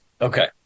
Okay